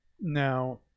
Now